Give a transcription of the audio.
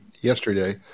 yesterday